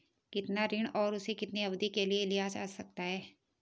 कितना ऋण और उसे कितनी अवधि के लिए लिया जा सकता है?